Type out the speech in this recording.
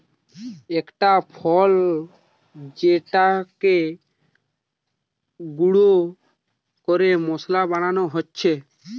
একটা ফল যেটাকে গুঁড়ো করে মশলা বানানো হচ্ছে